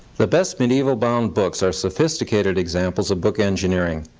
the best medieval bound books are sophisticated examples of book engineering.